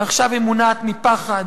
ועכשיו היא מונעת מפחד,